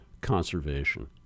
conservation